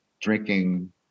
drinking